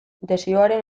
desioaren